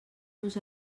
nos